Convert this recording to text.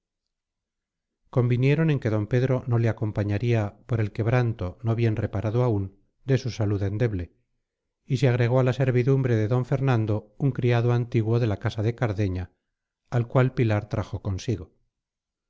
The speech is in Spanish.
convinieron en que d pedro no le acompañaría por el quebranto no bien reparado aún de su salud endeble y se agregó a la servidumbre de d fernando un criado antiguo de la casa de cardeña al cual pilar trajo consigo